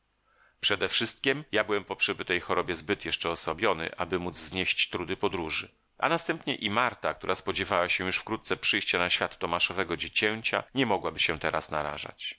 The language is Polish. okoliczności przedewszystkiem ja byłem po przebytej chorobie zbyt jeszcze osłabiony aby móc znieść trudy podróży a następnie i marta która spodziewała się już wkrótce przyjścia na świat tomaszowego dziecięcia nie mogłaby się teraz narażać